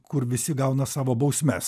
kur visi gauna savo bausmes